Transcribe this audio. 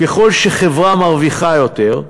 ככל שחברה מרוויחה יותר,